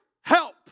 help